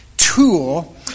tool